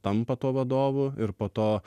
tampa tuo vadovu ir po to